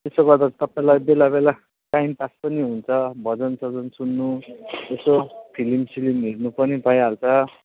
त्यसो गर्दा तपाईँलाई बेला बेला टाइम पास पनि हुन्छ भजनसजन सुन्नु यसो फ्लिमस्लिम हेर्नु पनि भइहाल्छ